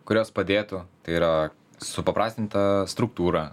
kurios padėtų tai yra supaprastinta struktūra